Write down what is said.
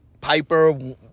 Piper